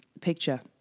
picture